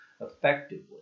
effectively